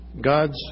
God's